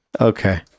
okay